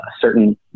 certain